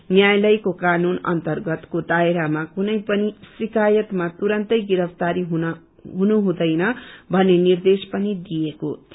न्यायालयले कानून अन्तरगतको दायरामा कुनै पनि शिकायतमा तुरन्तै गिरफ्तारी हुनु हुँदैन भन्ने निदेश पनि दिएको थियो